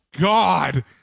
God